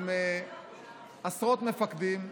עם עשרות מפקדים בכירים,